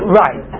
right